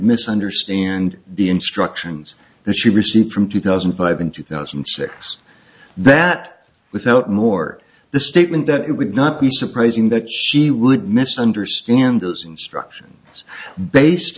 misunderstand the instructions that she received from two thousand and five in two thousand and six that without more the statement that it would not be surprising that she would misunderstand those instruction based